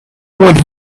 one